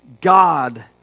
God